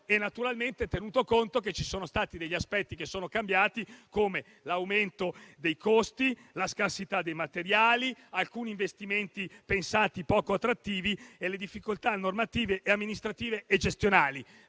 naturalmente tenuto conto che ci sono stati degli aspetti che sono cambiati come l'aumento dei costi, la scarsità dei materiali, alcuni investimenti percepiti come poco attrattivi e le difficoltà normative, amministrative e gestionali.